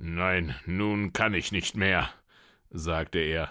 nein nun kann ich nicht mehr sagte er